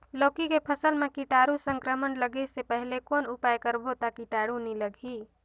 लौकी के फसल मां कीटाणु संक्रमण लगे से पहले कौन उपाय करबो ता कीटाणु नी लगही?